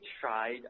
tried